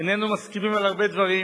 איננו מסכימים על הרבה דברים.